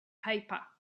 paper